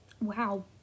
Wow